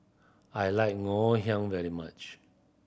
I like Ngoh Hiang very much